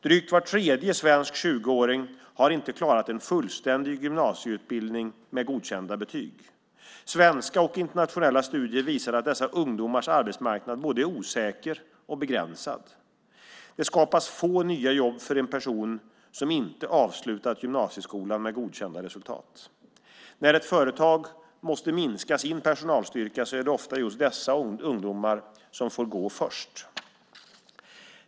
Drygt var tredje svensk 20-åring har inte klarat en fullständig gymnasieutbildning med godkända betyg. Svenska och internationella studier visar att dessa ungdomars arbetsmarknad är både osäker och begränsad. Det skapas få nya jobb för en person som inte avslutat gymnasieskolan med godkänt resultat. När ett företag måste minska sin personalstyrka är det oftast just dessa ungdomar som får gå först.